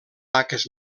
vaques